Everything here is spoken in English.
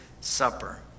supper